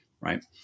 right